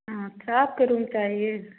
हाँ अच्छा आपको रूम चाहिए